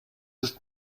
ist